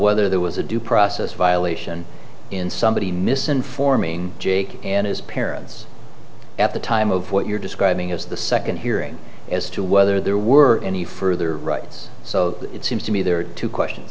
whether there was a due process violation in somebody's misinforming jake and his parents at the time of what you're describing as the second hearing as to whether there were any further rights so it seems to me there are two questions